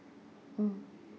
mm